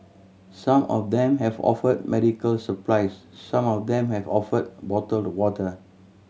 some of them have offered medical supplies some of them have offered bottled water